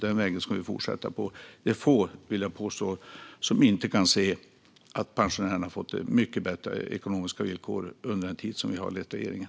Det är få, vill jag påstå, som inte kan se att pensionärerna har fått mycket bättre ekonomiska villkor under den tid som vi har lett regeringen.